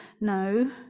no